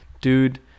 dude